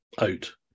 out